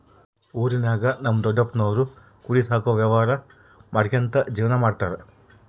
ಊರಿನಾಗ ನಮ್ ದೊಡಪ್ಪನೋರು ಕುರಿ ಸಾಕೋ ವ್ಯವಹಾರ ಮಾಡ್ಕ್ಯಂತ ಜೀವನ ಮಾಡ್ತದರ